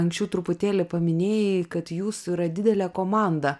anksčiau truputėlį paminėjai kad jūsų yra didelė komanda